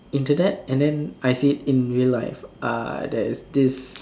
Internet and then I seen it in real life uh there is this